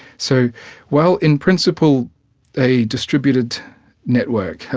so while in principle a distributed network,